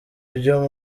byo